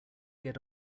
get